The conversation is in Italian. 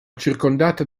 circondata